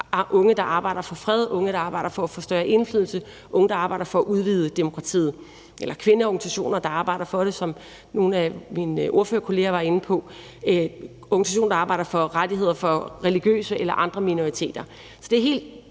unge, der arbejder for fred, der er unge, der arbejder for at få større indflydelse, og der er unge, der arbejder for at udvide demokratiet. Eller der kan være kvindeorganisationer, der arbejder for det, som nogle af mine ordførerkolleger var inde på. Der er organisationer, der arbejder for rettigheder for religiøse eller andre minoriteter. Så det er helt